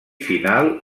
final